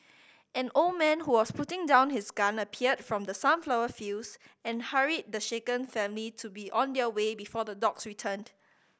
an old man who was putting down his gun appeared from the sunflower fields and hurried the shaken family to be on their way before the dogs returned